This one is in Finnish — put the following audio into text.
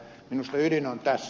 minusta ydin on tässä